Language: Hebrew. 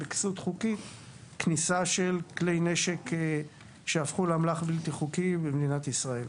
בכסות חוקית כניסה של כלי נשק שהפכו לאמל"ח בלתי חוקי במדינת ישראל.